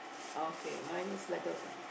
okay mine is like a